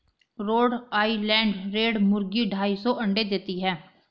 road Island Red मुर्गी ढाई सौ अंडे देती है